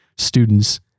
students